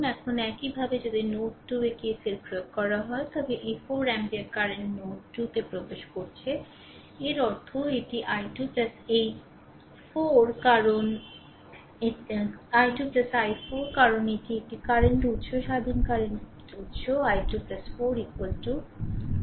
এখন একই ভাবে যদি নোড 2 এ KCL প্রয়োগ হয় তবে এই 4 অ্যাম্পিয়ার কারেন্ট নোড 2 তে প্রবেশ করছে এর অর্থ এটি i 2 i 4 কারণ এটি একটি কারেন্ট উৎস স্বাধীন কারেন্ট উৎস i 2 4 i3